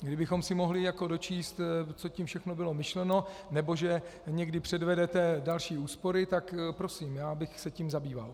Kdybychom se mohli dočíst, co tím všechno bylo myšleno nebo že někdy předvedete další úspory, tak prosím, já bych se tím zabýval.